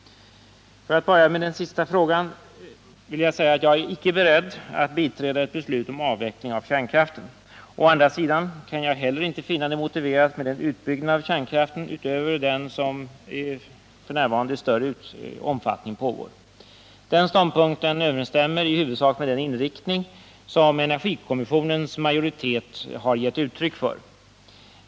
För att börja med den sista frågan kan jag säga att jag inte är beredd att biträda ett beslut om avveckling av kärnkraften. Å andra sidan kan jag heller inte finna det motiverat med en utbyggnad av kärnkraften utöver vad som f.n. pågår. Denna ståndpunkt överensstämmer i huvudsak med den inriktning som energikommissionens majoritet givit uttryck för.